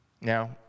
Now